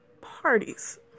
parties